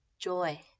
Joy